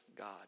God